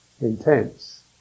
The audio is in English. intense